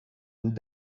and